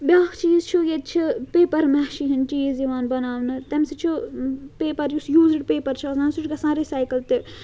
بیٛاکھ چیٖز چھُ ییٚتہِ چھِ پیٚپَر میشی ہِنٛدۍ چیٖز یِوان بَناونہٕ تمہِ سۭتۍ چھُ پیٚپَر یُس یوٗزٕڈ پیٚپَر چھُ آسان سُہ چھُ گَژھان رِسایکٕل تہِ